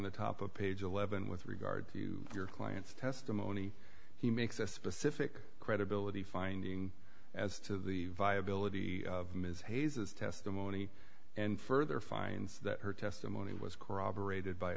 the top of page eleven with regard to your client's testimony he makes a specific credibility finding as to the viability of ms hayes as testimony and further finds that her testimony was corroborate